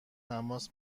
تماس